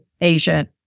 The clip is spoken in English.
Asia